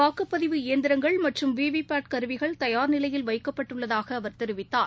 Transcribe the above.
வாக்குப்பதிவு இயந்திரங்கள் மற்றும் விவி பாட் கருவிகள் தயார் நிலையில் வைக்கப்பட்டுள்ளதாக அவர் தெரிவித்தார்